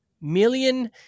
Million